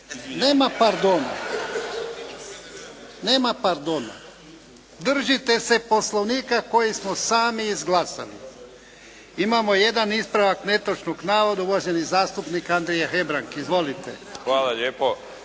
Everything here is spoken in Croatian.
Nema pardon. Držite se Poslovnika koji smo sami izglasali. Imamo jedan ispravak netočnog navoda. Uvaženi zastupnik Andrija Hebrang. Izvolite. **Hebrang,